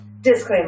Disclaimer